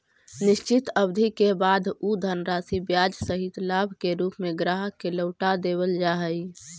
निश्चित अवधि के बाद उ धनराशि ब्याज सहित लाभ के रूप में ग्राहक के लौटा देवल जा हई